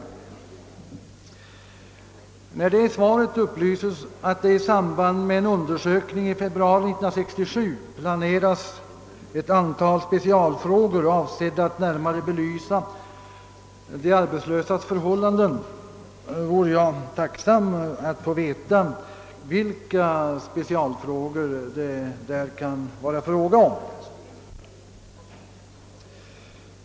Statsrådet upplyser i svaret att det i samband med en undersökning i februari 1967 »planeras ett antal specialfrågor avsedda att närmare belysa de arbetslösas förhållanden». Jag vore tacksam att få veta vilka specialfrågor denna undersökning avser.